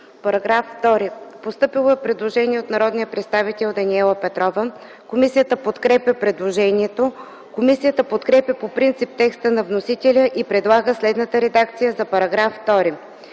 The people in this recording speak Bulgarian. ПЕТРОВА: Постъпило е предложение от народния представител Даниела Петрова. Комисията подкрепя предложението. Комисията подкрепя по принцип текста на вносителя и предлага следната редакция за § 2.